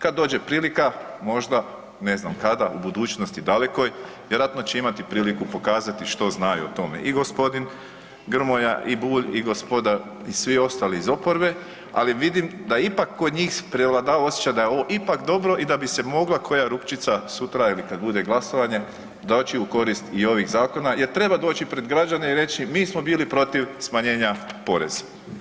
Kad dođe prilika, možda ne znam kada, u budućnosti dalekoj, vjerovatno će imati priliku pokazati što znaju o tome, i g. Grmoja i Bulj, i gospoda i svi ostali iz oporbe ali vidim da ipak kod njih prevladava osjećaj da je ovo ipak dobro i da bi se mogla koja ručica sutra ili kad bude glasovanje, doći u korist i ovih zakona jer treba doći pred građane i reći mi smo bili protiv smanjenja poreza.